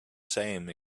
same